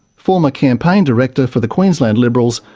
former campaign director for the queensland liberals,